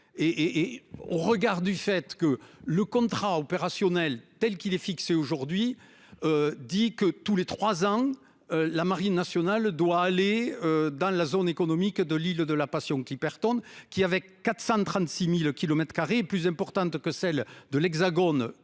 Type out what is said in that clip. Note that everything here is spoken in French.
et on regarde du fait que le contrat opérationnel, tel qu'il est fixé aujourd'hui. Dit que tous les trois ans. La marine nationale doit aller dans la zone économique de l'île de la passion qui perd, qui avait 436.000 km2 plus importante que celle de l'Hexagone